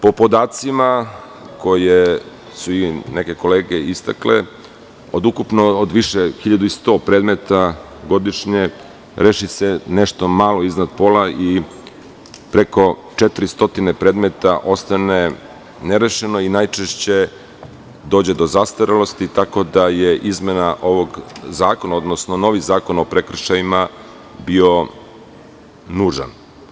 Po podacima koje su i neke kolege istakle, od ukupno od više 1100 predmeta godišnje, reši se nešto malo iznad pola, i preko 400 predmeta ostane nerešeno i najčešće dođe do zastarelosti, tako da je izmena ovog zakona, odnosno novi zakon o prekršajima bio nužan.